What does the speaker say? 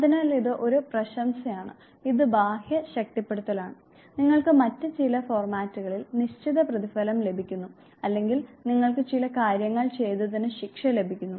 അതിനാൽ ഇത് ഒരു പ്രശംസയാണ് ഇത് ബാഹ്യ ശക്തിപ്പെടുത്തലാണ് നിങ്ങൾക്ക് മറ്റ് ചില ഫോർമാറ്റുകളിൽ നിശ്ചിത പ്രതിഫലം ലഭിക്കുന്നു അല്ലെങ്കിൽ നിങ്ങൾക്ക് ചില കാര്യങ്ങൾ ചെയ്തതിന് ശിക്ഷ ലഭിക്കുന്നു